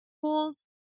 pools